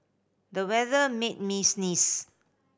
the weather made me sneeze